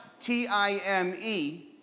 T-I-M-E